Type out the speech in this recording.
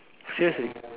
seriously